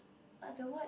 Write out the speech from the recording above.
but the word